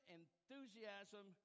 enthusiasm